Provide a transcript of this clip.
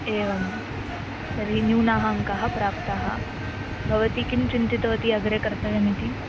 एवं तर्हि न्यूनाः अङ्काः प्राप्ताः भवती किं चिन्तितवती अग्रे कर्तव्यमिति